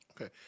Okay